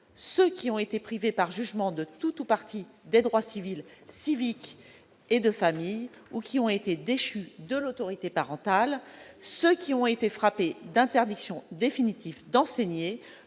celles qui ont été privées par jugement de tout ou partie de leurs droits civils, civiques et de famille ou qui ont été déchues de l'autorité parentale et celles qui ont été frappées d'interdiction définitive d'enseigner.